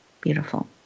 Beautiful